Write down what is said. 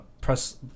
press